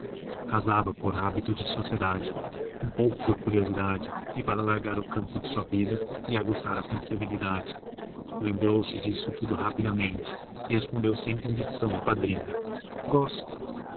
casava por hábito de sociedade um pouco por curiosidade e para alargar o campo de sua vida e aguçar a sensibilidade lembrou-se disso tudo rapidamente e respondeu sem convicção ao padrinho gosto